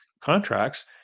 contracts